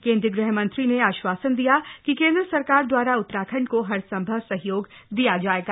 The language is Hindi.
केंद्रीय ग़ह मंत्री न आश्वासन दिया कि क्रम्द्र सरकार द्वारा उत्तराखण्ड को हरसम्भव सहयोग दिया जाएगा